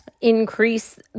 increase